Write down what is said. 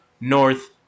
North